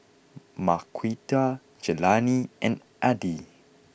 Marquita Jelani and Addie